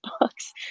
books